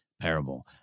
parable